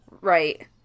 Right